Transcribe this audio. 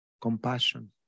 compassion